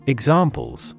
Examples